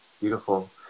Beautiful